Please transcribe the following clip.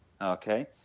Okay